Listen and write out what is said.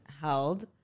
held